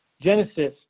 Genesis